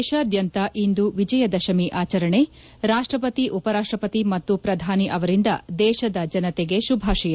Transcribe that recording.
ದೇಶದ್ಯಾಂತ ಇಂದು ವಿಜಯದಶಮಿ ಆಚರಣೆ ರಾಷ್ಟ್ರಪತಿ ಉಪರಾಷ್ಟ್ರಪತಿ ಮತ್ತು ಪ್ರಧಾನಿ ಅವರಿಂದ ದೇಶದ ಜನತೆಗೆ ಶುಭಾಶಯ